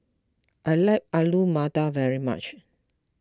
I like Alu Matar very much